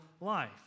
life